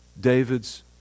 David's